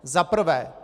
Za prvé.